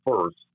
first